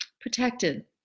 protected